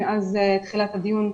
מאז תחילת הדיון,